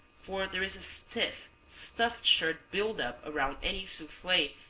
for there is a stiff, stuffed-shirt buildup around any souffle,